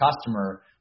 customer